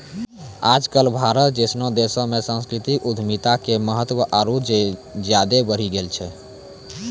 आज कल भारत जैसनो देशो मे सांस्कृतिक उद्यमिता के महत्त्व आरु ज्यादे बढ़ि गेलो छै